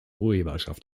urheberschaft